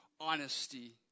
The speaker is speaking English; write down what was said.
honesty